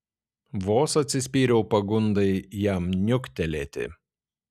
vos atsispyriau pagundai jam niuktelėti